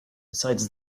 besides